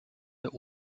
der